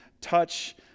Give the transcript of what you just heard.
touch